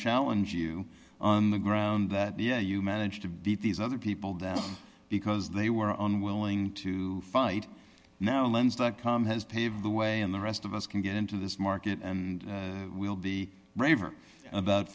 challenge you on the ground that yeah you managed to beat these other people down because they were unwilling to fight no lens dot com has paved the way and the rest of us can get into this market and we'll be braver about